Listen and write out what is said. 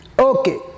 Okay